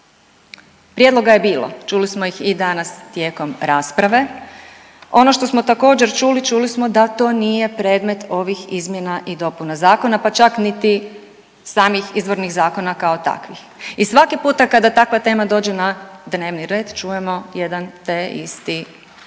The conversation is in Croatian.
Prijedloga je bilo, čuli smo ih i danas tijekom rasprave. Ono što smo također čuli čuli smo da to nije predmet ovih izmjena i dopuna zakona, pa čak niti samih izvornih zakona kao takvih. I svaki puta kada takva tema dođe na dnevni red čujemo jedan te isti